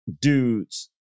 dudes